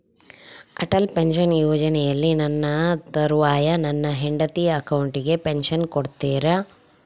Atal pension ಯೋಜನೆಯಲ್ಲಿ ನನ್ನ ತರುವಾಯ ನನ್ನ ಹೆಂಡತಿ ಅಕೌಂಟಿಗೆ ಪೆನ್ಶನ್ ಕೊಡ್ತೇರಾ?